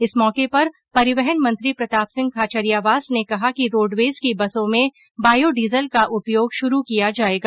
इस मौके पर परिवहन मंत्री प्रताप सिंह खाचरियावास ने कहा कि रोडवेज की बसों में बॉयोडीजल का उपयोग शुरू किया जाएगा